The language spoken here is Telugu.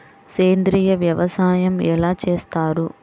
సేంద్రీయ వ్యవసాయం ఎలా చేస్తారు?